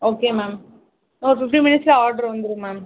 okay ma'am ஒரு fifteen மினிட்ஸில் order வந்துடும் மேம்